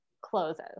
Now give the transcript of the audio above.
closes